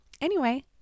anyway-